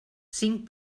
cinc